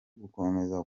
gukomeza